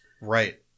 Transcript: Right